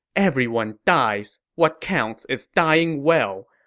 everyone dies. what counts is dying well.